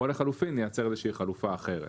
או לחילופין לייצר איזושהי חלופה אחרת.